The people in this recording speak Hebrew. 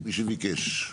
מי שביקש.